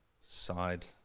side